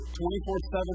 24-7